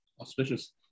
Auspicious